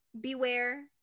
Beware